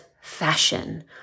fashion